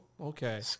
Okay